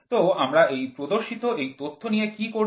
তো আমরা প্রদর্শিত এই তথ্য নিয়ে কি করব